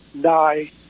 die